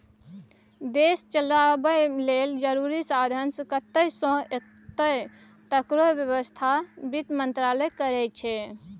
देश चलाबय लेल जरुरी साधंश कतय सँ एतय तकरो बेबस्था बित्त मंत्रालय करै छै